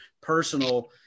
personal